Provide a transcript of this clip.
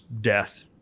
death